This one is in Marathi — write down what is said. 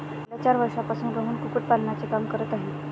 गेल्या चार वर्षांपासून रोहन कुक्कुटपालनाचे काम करत आहे